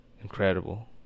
Incredible